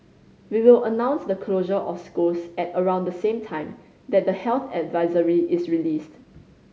we will announce the closure of schools at around the same time that the health advisory is released